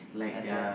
and then